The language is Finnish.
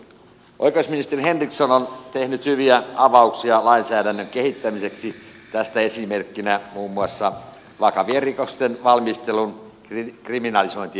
oikeusministeri henriksson on tehnyt hyviä avauksia lainsäädännön kehittämiseksi tästä esimerkkinä muun muassa vakavien rikosten valmistelun kriminalisointiesitys